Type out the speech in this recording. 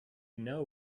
know